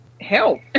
help